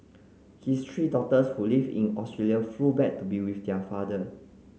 his three daughters who live in Australia flew back to be with their father